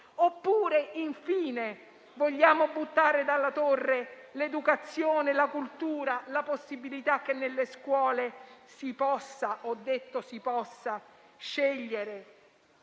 O infine vogliamo buttare dalla torre l'educazione, la cultura, la possibilità che nelle scuole si possa scegliere